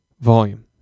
volume